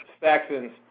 Saxons